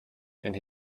and